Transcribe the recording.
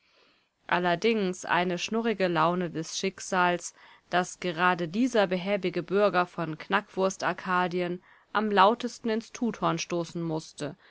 allerdings eine schnurrige laune des schicksals daß gerade dieser behäbige bürger von knackwurst-arkadien am lautesten ins tuthorn stoßen mußte